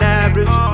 average